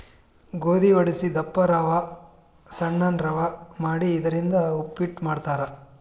ಗೋಧಿ ವಡಸಿ ದಪ್ಪ ರವಾ ಸಣ್ಣನ್ ರವಾ ಮಾಡಿ ಇದರಿಂದ ಉಪ್ಪಿಟ್ ಮಾಡ್ತಾರ್